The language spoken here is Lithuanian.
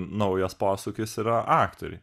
naujas posūkis yra aktoriai